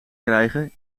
krijgen